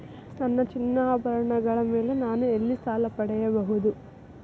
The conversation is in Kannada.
ನನ್ನ ಚಿನ್ನಾಭರಣಗಳ ಮೇಲೆ ನಾನು ಎಲ್ಲಿ ಸಾಲ ಪಡೆಯಬಹುದು?